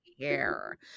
care